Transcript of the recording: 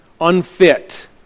unfit